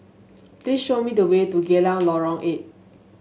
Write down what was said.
please show me the way to Geylang Lorong Eight